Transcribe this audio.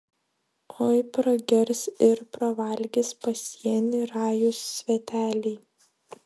oi pragers ir pravalgys pasienį rajūs sveteliai